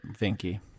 Vinky